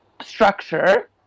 structure